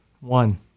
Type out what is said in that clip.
One